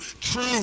true